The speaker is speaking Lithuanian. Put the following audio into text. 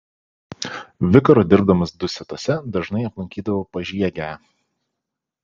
vikaru dirbdamas dusetose dažnai aplankydavau pažiegę